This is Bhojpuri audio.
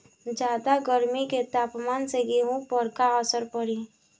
ज्यादा गर्मी के तापमान से गेहूँ पर का असर पड़ी?